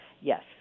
Yes